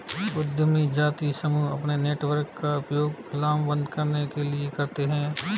उद्यमी जातीय समूह अपने नेटवर्क का उपयोग लामबंद करने के लिए करते हैं